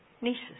nieces